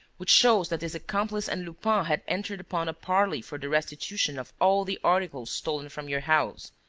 which shows that this accomplice and lupin had entered upon a parley for the restitution of all the articles stolen from your house.